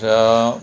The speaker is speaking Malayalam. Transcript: രാ